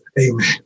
Amen